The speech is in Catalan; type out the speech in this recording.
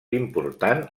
important